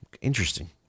Interesting